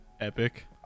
epic